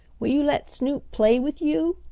will you let snoop play with you?